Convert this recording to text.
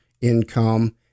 income